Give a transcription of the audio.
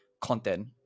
content